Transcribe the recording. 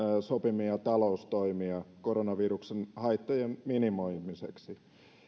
sopimia taloustoimia koronaviruksen haittojen minimoimiseksi